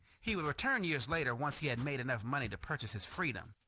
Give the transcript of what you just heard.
he would return years later once he had made enough money to purchase his freedom.